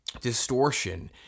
distortion